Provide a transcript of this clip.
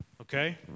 Okay